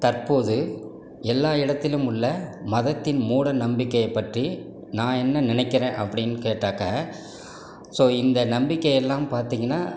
தற்போது எல்லா இடத்திலும் உள்ள மதத்தின் மூடநம்பிக்கையை பற்றி நான் என்ன நினைக்கிறேன் அப்படின் கேட்டாக்க ஸோ இந்த நம்பிக்கை எல்லாம் பார்த்திங்கனா